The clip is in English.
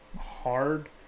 hard